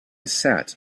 sat